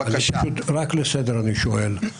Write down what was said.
רק לסדר אני שואל.